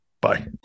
Bye